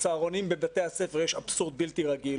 לגבי הצהרונים בבתי הספר יש אבסורד בלתי רגיל,